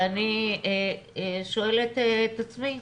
ואני שואלת את עצמי,